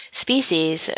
species